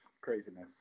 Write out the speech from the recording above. craziness